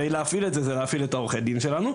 הרי להפעיל את זה זה להפעיל את העורכי דין שלנו,